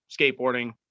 skateboarding